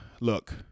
look